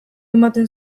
ematen